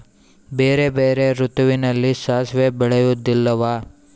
ಬೇರೆ ಬೇರೆ ಋತುವಿನಲ್ಲಿ ಸಾಸಿವೆ ಬೆಳೆಯುವುದಿಲ್ಲವಾ?